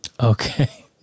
Okay